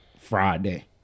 Friday